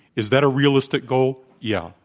is that a realistic goal? yeah.